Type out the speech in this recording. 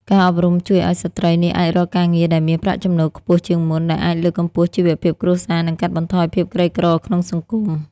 ការអប់រំជួយឲ្យស្ត្រីនេះអាចរកការងារដែលមានប្រាក់ចំណូលខ្ពស់ជាងមុន ដែលអាចលើកកម្ពស់ជីវភាពគ្រួសារ និងកាត់បន្ថយភាពក្រីក្រក្នុងសង្គម។